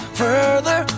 further